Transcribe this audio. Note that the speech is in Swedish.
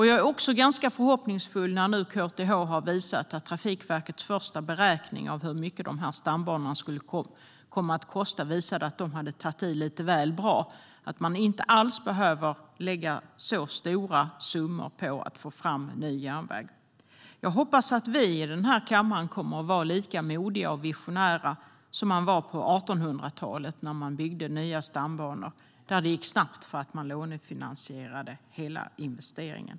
Jag är ganska förhoppningsfull när nu KTH har visat att Trafikverket tog i lite väl mycket i sin första beräkning av hur mycket de här stambanorna skulle komma att kosta och att man inte alls behöver lägga så stora summor på att få fram ny järnväg. Jag hoppas att vi i den här kammaren kommer att vara lika modiga och visionära som man var på 1800-talet, när man byggde nya stambanor. Då gick det snabbt för att man lånefinansierade hela investeringen.